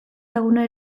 laguna